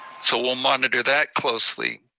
so we'll monitor that closely.